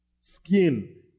skin